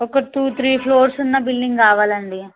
ఒక two three floors ఉన్న building కావాలి అండి